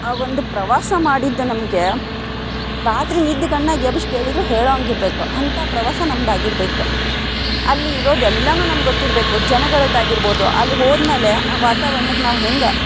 ಆ ಒಂದು ಪ್ರವಾಸ ಮಾಡಿದ್ದು ನಮಗೆ ರಾತ್ರಿ ನಿದ್ದೆ ಕಣ್ಣಾಗ ಎಬ್ಬಿಸಿ ಕೇಳಿದರು ಹೇಳೋಂಗೆ ಇರ್ಬೇಕು ಹಂತ ಪ್ರವಾಸ ನಮ್ದು ಆಗಿರ್ಬೇಕು ಅಲ್ಲಿ ಇರೋದು ಎಲ್ಲವೂ ನಮ್ಗೆ ಗೊತ್ತಿರಬೇಕು ಜನಗಳದ್ದು ಆಗಿರ್ಬೋದು ಅಲ್ಲಿ ಹೋದ್ಮೇಲೆ ಆ ವಾತಾವರ್ಣಕ್ಕೆ ನಾವು ಹೆಂಗೆ